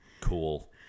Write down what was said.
Cool